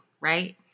right